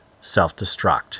self-destruct